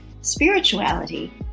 spirituality